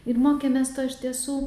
ir mokėmės to iš tiesų